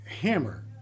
hammer